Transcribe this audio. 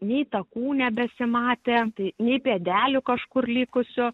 nei takų nebesimatė tai nei pėdelių kažkur likusių